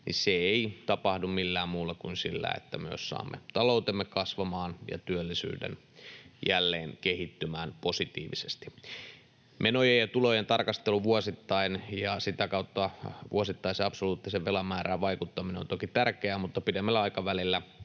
niin se ei tapahdu millään muulla kuin sillä, että myös saamme taloutemme kasvamaan ja työllisyyden jälleen kehittymään positiivisesti. Menojen ja tulojen tarkastelu vuosittain ja sitä kautta vuosittaiseen absoluuttisen velan määrään vaikuttaminen on toki tärkeää, mutta pidemmällä aikavälillä